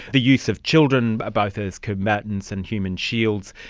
the use of children, ah both as combatants and human shields,